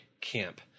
camp